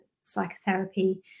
psychotherapy